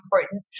important